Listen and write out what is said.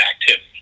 activity